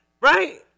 Right